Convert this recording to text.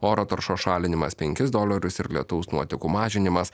oro taršos šalinimas penkis dolerius ir lietaus nuotekų mažinimas